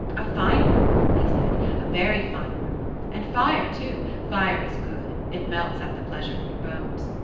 a fine room he said a very fine room. and fire, too fire is good it melts out the pleasure in your bones.